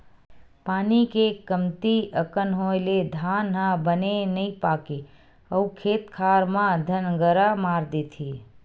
पानी के कमती अकन होए ले धान ह बने नइ पाकय अउ खेत खार म दनगरा मार देथे